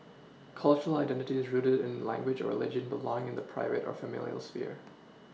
cultural identities rooted in language or religion belong in the private or familial sphere